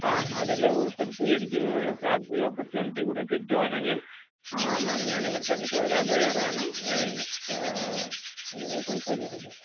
ആ അതില് ഉള്പ്പെടുത്തി എനിക്ക് സാലറി ഓപ്പര്ച്യൂണിറ്റി കൂടെ കിട്ടുവാണെങ്കില് മാം ഞാനിവിടെ തന്നെ തുടരാന് തയ്യാറാണ് അത് കുഴപ്പം ഇല്ലായിരുന്നു